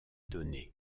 données